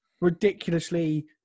ridiculously